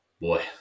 boy